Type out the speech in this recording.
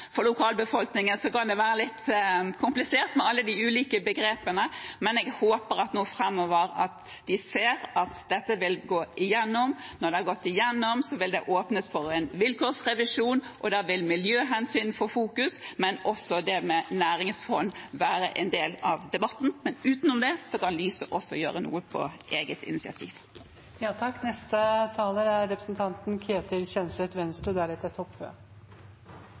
for lokalbefolkningen kan være litt komplisert med alle de ulike begrepene. Men jeg håper at de nå framover ser at dette vil gå igjennom. Når det har gått igjennom, vil det åpnes for en vilkårsrevisjon, og da vil miljøhensyn få fokus, men også det med næringsfond vil være en del av debatten. Men utenom det kan Lyse også gjøre noe på eget initiativ.